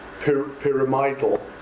pyramidal